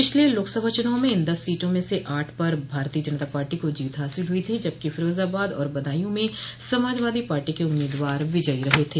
पिछले लोकसभा चुनाव में इन दस सीटों में से आठ पर भारतीय जनता पार्टी को जीत हासिल हुई थी जबकि फिरोजाबाद और बदायू में समाजवादी पार्टी के उम्मीदवार विजयी रहे थे